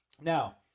Now